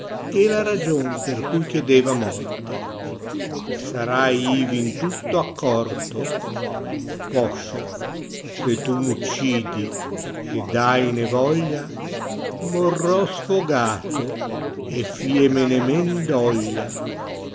e la ragion per cui chiedeva morte sarai ivi in tutto accorto poscia se ta m uccidi ed haine voglia morrò sfogato e fiemene men doglia